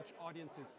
audiences